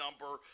number